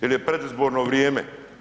Jer je predizborno vrijeme.